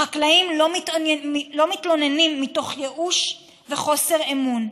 החקלאים לא מתלוננים, מתוך ייאוש וחוסר אמון.